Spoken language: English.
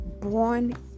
born